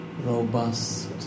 robust